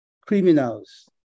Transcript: criminals